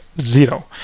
zero